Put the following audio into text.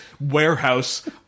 warehouse